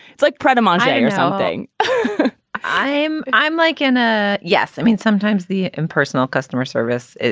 it's like prettyman yeah or something i'm i'm like in a yes i mean, sometimes the impersonal customer service.